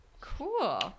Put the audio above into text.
Cool